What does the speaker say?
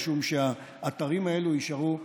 משום שהאתרים האלה יישארו,